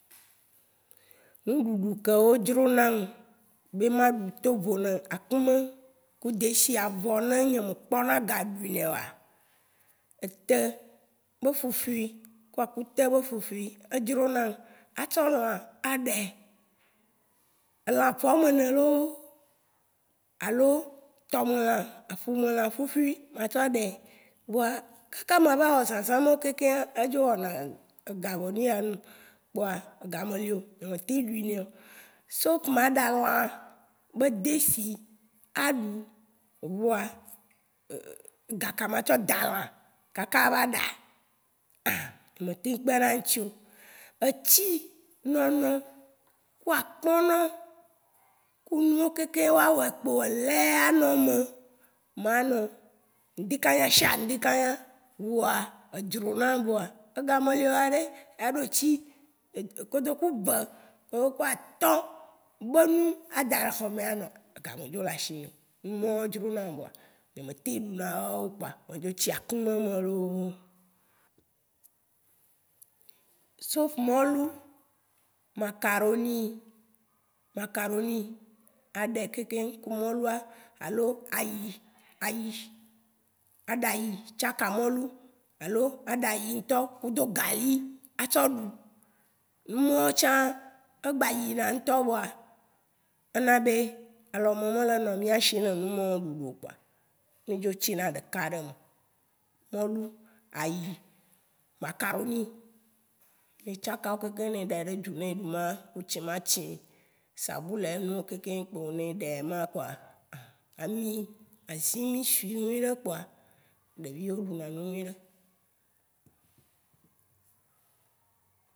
Nuɖuɖu kéwo dronam bé ma ɖu tovo nɛ akũmɛ ku désia vɔ né ŋyé me kpɔna ga duinɛ oa, éte bé fufui ku akuté bé fufui. E dronam. Atsɔ lã a ɖè. Elã afɔ amenè loo, alo tomélã, aƒumèlã ƒuƒui ma tsɔ ɖɛ. Voa kaka ma va wɔ zazã mawo kekeŋ, édzo wɔna éga bé nuya num. kpoa, éga mé lio nyé mé teŋ duinèo. soit maɖa lã bé dési a ɖu voa, éga ka ma tsɔ da lã? kaka va ɖa. A! nyé me teŋ kpénɛdzio. Etsi nono ku akpɔnɔ̃ ku nuwo kekeŋ, woa wè kpo, lè a nɔmè ma no ŋ'dikanya sia ŋ'dikanya. Vɔa, edronam voa, égaméléoa ɖé. Aɖo tsi kotoku vé kotoku ati atɔ̃ bé nu a daɖé xɔmé anɔ, éga me dzo lé ashinyè. Numawo dronam voa nyé me teŋ ɖuna wawo kpoa, me dzo tsi akũmɛ mɛ loo.